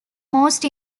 most